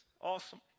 awesome